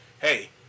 Hey